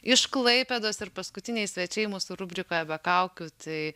iš klaipėdos ir paskutiniai svečiai mūsų rubrikoje be kaukių tai